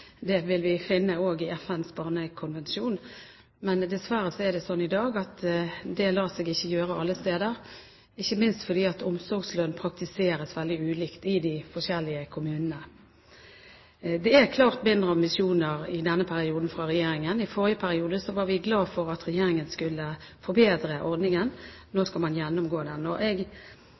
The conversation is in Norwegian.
Det vil vi også finne i FNs barnekonvensjon. Men dessverre er det sånn i dag at det lar seg ikke gjøre alle steder, ikke minst fordi omsorgslønn praktiseres veldig ulikt i de forskjellige kommunene. Det er klart mindre ambisjoner i regjeringen i denne perioden. I forrige periode var vi glad for at regjeringen skulle forbedre ordningen. Nå skal man gjennomgå den, og